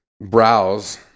Browse